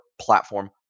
platform